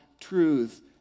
truth